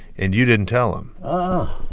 and you didn't tell them